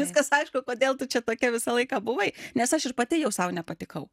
viskas aišku kodėl tu čia tokia visą laiką buvai nes aš ir pati jau sau nepatikau